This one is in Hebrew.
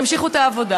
תמשיכו את העבודה.